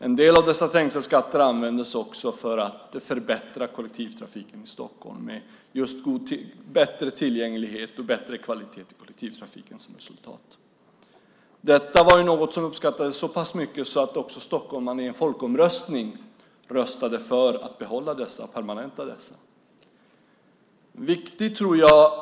En del av dessa trängselskatter användes för att förbättra kollektivtrafiken i Stockholm, med bättre tillgänglighet och bättre kvalitet i kollektivtrafiken som resultat. Detta var något som uppskattades så pass mycket att stockholmarna i en folkomröstning röstade för att behålla och permanenta dessa.